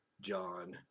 John